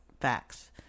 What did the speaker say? facts